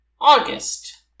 August